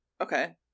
Okay